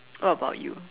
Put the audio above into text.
what about you